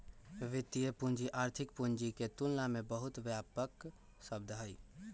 वित्तीय पूंजी आर्थिक पूंजी के तुलना में बहुत व्यापक शब्द हई